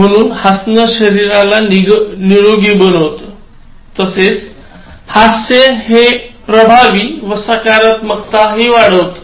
म्हणून हसणं शरीराला निरोगी बनवतं तसेच हास्य हे प्रभावी व सकरात्मकता वाढवतं